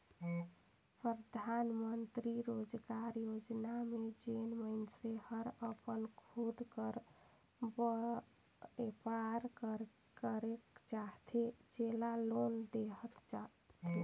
परधानमंतरी रोजगार योजना में जेन मइनसे हर अपन खुद कर बयपार करेक चाहथे जेला लोन देहल जाथे